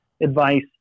advice